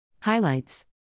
Highlights